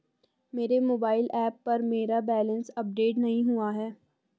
मेरे mobile app पर मेरा बैलेंस अपडेट नहीं हुआ है